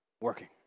working